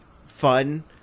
fun